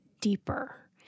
deeper